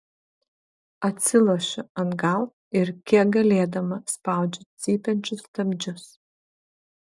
atsilošiu atgal ir kiek galėdama spaudžiu cypiančius stabdžius